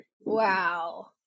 Wow